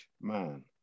man